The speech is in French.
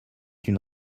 une